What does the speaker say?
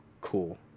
cool